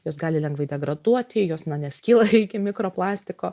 jos gali lengvai degraduoti jos na neskyla iki mikroplastiko